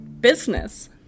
business